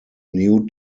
new